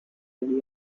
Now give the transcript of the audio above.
india